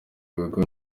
bigo